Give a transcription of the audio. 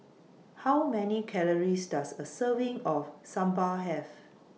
How Many Calories Does A Serving of Sambar Have